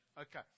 Okay